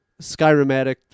skyrimatic